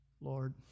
Lord